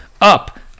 Up